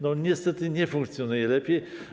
No niestety nie funkcjonuje lepiej.